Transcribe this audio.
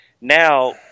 now